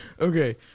Okay